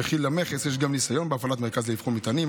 וכי למכס יש גם ניסיון בהפעלת מרכז לאבחון מטענים.